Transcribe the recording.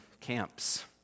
camps